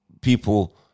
people